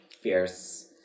fierce